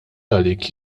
għalik